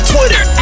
Twitter